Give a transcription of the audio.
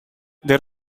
there